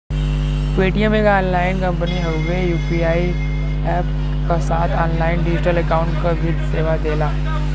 Paytm एक online company हउवे ई यू.पी.आई अप्प क साथ ऑनलाइन डिजिटल अकाउंट क भी सेवा देला